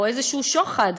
או איזשהו שוחד,